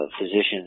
physicians